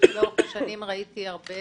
לאורך השנים ראיתי הרבה